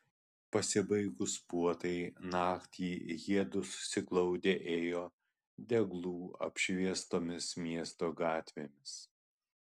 pasibaigus puotai naktį jiedu susiglaudę ėjo deglų apšviestomis miesto gatvėmis